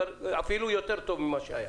אפילו יותר טוב ממה שהיה.